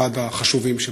זה